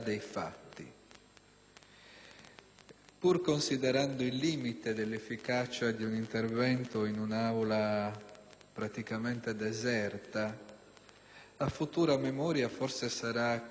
Pur considerando il limite dell'efficacia di un intervento in un'Aula praticamente deserta, a futura memoria forse sarà comunque il caso di segnalare